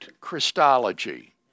Christology